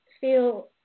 Feel